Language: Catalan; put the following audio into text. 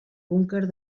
búnquer